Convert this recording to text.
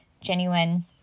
genuine